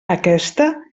aquesta